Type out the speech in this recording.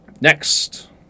Next